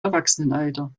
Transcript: erwachsenenalter